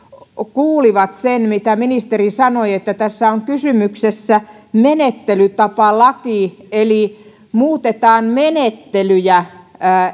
kuulivat sen mitä ministeri sanoi eli että tässä on kysymyksessä menettelytapalaki eli muutetaan menettelyjä